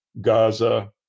Gaza